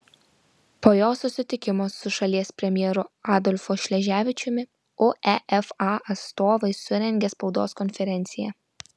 po jos susitikimo su šalies premjeru adolfu šleževičiumi uefa atstovai surengė spaudos konferenciją